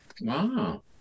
Wow